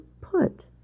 put